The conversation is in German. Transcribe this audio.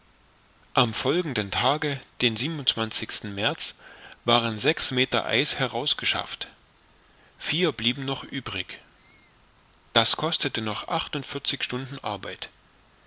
am folgenden tage den märz waren sechs meter eis herausgeschafft vier blieben noch übrig das kostete noch achtundvierzig stunden